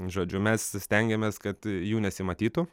žodžiu mes stengiamės kad jų nesimatytų